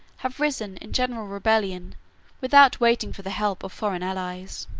have risen in general rebellion without waiting for the help of foreign allies.